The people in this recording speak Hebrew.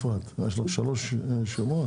מה, יש לך שלוש שמות?